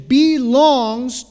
belongs